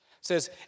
says